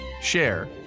share